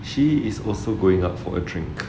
she is also going out for a drink